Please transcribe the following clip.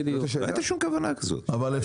בדגש על הנגשת השכלה